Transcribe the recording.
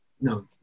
no